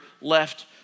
left